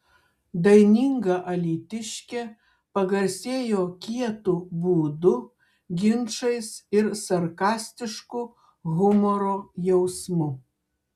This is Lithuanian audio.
daininga alytiškė pagarsėjo kietu būdu ginčais ir sarkastišku humoro jausmu